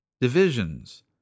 divisions